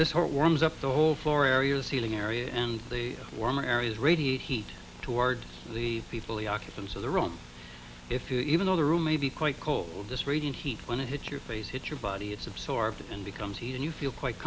sort warms up the whole floor area the ceiling area and the warmer areas radiate heat towards the people the occupants of the room if you even though the room may be quite cold this radiant heat when it hits your face hit your body it's absorbed and becomes heat and you feel quite